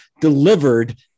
delivered